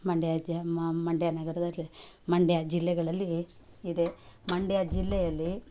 ಮಂಡ್ಯ ಜ್ ಮಂಡ್ಯ ನಗರದಲ್ಲಿ ಮಂಡ್ಯ ಜಿಲ್ಲೆಗಳಲ್ಲಿ ಇದೆ ಮಂಡ್ಯ ಜಿಲ್ಲೆಯಲ್ಲಿ